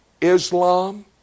Islam